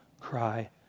cry